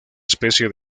especie